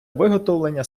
виготовлення